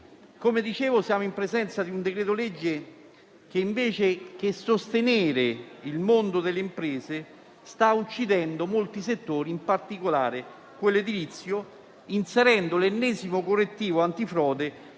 Come dicevo, siamo in presenza di un decreto-legge che, invece che sostenere il mondo delle imprese, sta uccidendo molti settori, in particolare quello edilizio, inserendo l'ennesimo correttivo antifrode